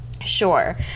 Sure